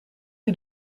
who